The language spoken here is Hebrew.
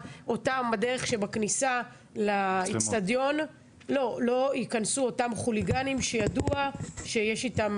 זה שבכניסה לאצטדיון לא יכנסו אותם חוליגנים שידוע שיש איתם,